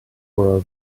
were